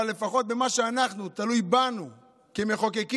אבל לפחות במה שתלוי בנו כמחוקקים,